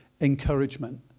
encouragement